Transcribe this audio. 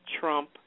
trump